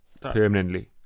Permanently